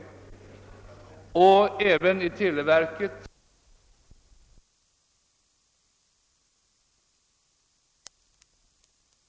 Även vid televerkets verkstäder pågår en utveckling på det företagsdemokratiska området. Jag har förhoppningar om att vi skall komma vidare på denna väg. Jag tror att de statliga företagen även i detta fall kommer att vara ledande.